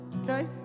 okay